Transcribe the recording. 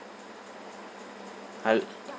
I'll